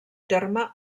terme